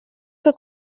que